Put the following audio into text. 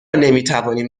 نمیتوانیم